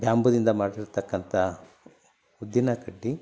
ಬ್ಯಾಂಬೂದಿಂದ ಮಾಡಿರತಕ್ಕಂಥ ಊದಿನ ಕಡ್ಡಿ